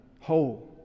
whole